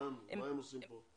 מה הם עושים פה?